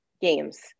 games